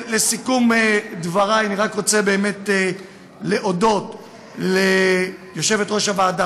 לסיכום דברי אני רק רוצה באמת להודות ליושבת-ראש הוועדה,